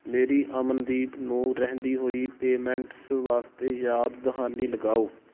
ਮੇਰੀ ਅਮਨਦੀਪ ਨੂੰ ਰਹਿੰਦੀ ਹੋਈ ਪੇਮੈਂਟਸ ਵਾਸਤੇ ਯਾਦ ਦਹਾਨੀ ਲਗਾਓ